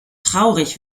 traurig